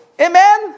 Amen